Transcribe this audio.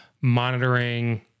monitoring